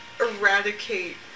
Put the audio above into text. eradicate